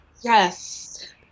yes